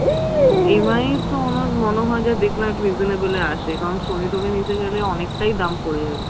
হ্যাঁ এমআই তো আমার মনে হয় দেখলাম একটু রিসেনেবেলে আসে কিন্তু সনি টনি নিতে গেলে অনেকটাই দাম পরে যাবে